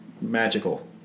magical